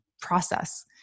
process